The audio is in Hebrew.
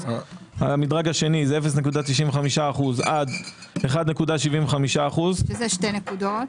המדרג השני הוא 0.95% עד 1.75% שזה שתי נקודות.